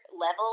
level